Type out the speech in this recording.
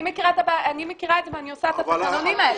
אני מכירה את זה ואני עושה את התקנונים האלה.